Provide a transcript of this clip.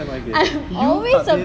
I'm always about